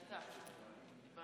אני רוצה לדבר